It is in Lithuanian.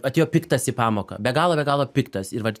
atėjo piktas į pamoką be galo be galo piktas ir vat